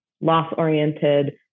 loss-oriented